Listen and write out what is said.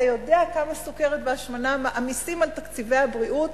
אתה יודע כמה סוכרת והשמנה מעמיסים על תקציבי הבריאות.